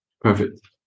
Perfect